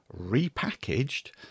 repackaged